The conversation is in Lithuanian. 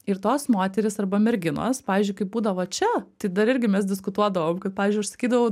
ir tos moterys arba merginos pavyzdžiui kai būdavo čia tai dar irgi mes diskutuodavom kad pavyzdžiui aš sakydavau